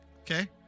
Okay